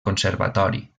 conservatori